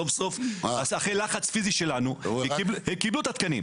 סוף-סוף, אחרי לחץ פיזי שלנו, הם קיבלו את התקנים.